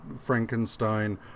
frankenstein